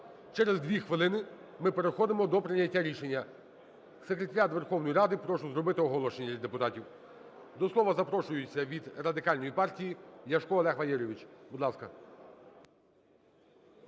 Через дві хвилини ми переходимо до прийняття рішення. Секретаріат Верховної Ради, прошу зробити оголошення для депутатів. До слова запрошується від Радикальної партії Ляшко Олег Валерійович, будь ласка.